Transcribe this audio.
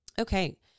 Okay